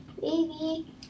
Baby